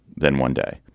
then one day.